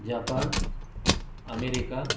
Japan America